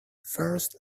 first